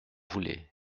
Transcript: voulez